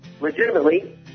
legitimately